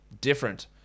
different